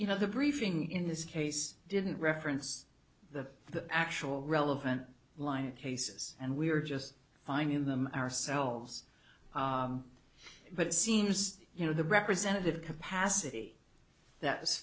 know the briefing in this case didn't reference the actual relevant line cases and we were just fine in them ourselves but it seems you know the representative capacity that was